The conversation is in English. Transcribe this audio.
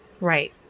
Right